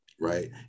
right